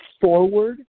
forward